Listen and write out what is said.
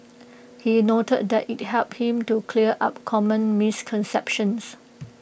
he noted that IT helped him to clear up common misconceptions